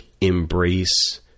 embrace